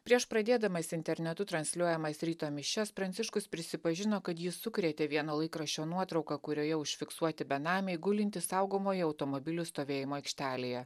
prieš pradėdamas internetu transliuojamas ryto mišias pranciškus prisipažino kad jį sukrėtė vieno laikraščio nuotrauka kurioje užfiksuoti benamiai gulintys saugomoje automobilių stovėjimo aikštelėje